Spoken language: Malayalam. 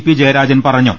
പി ജയരാജൻ പറഞ്ഞു